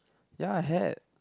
ya had